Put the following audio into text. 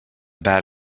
bad